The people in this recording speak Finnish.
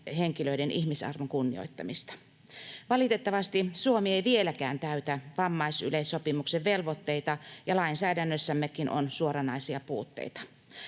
henkilöiden ihmisarvon kunnioittamista. Valitettavasti Suomi ei vieläkään täytä vammaisyleissopimuksen velvoitteita, ja lainsäädännössämmekin on suoranaisia puutteita.